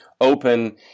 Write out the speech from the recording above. open